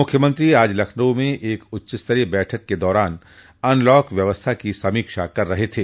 मुख्यमंत्री आज लखनऊ में एक उच्चस्तरीय बैठक के दौरान अनलॉक व्यवस्था की समीक्षा कर रहे थे